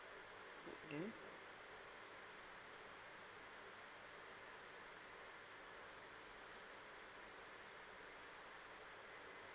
mm